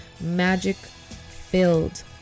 magic-filled